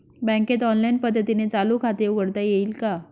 बँकेत ऑनलाईन पद्धतीने चालू खाते उघडता येईल का?